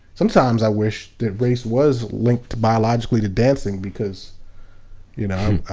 sometimes i wish that race was linked biologica lly to dancing, because you know,